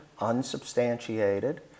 unsubstantiated